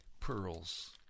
pearls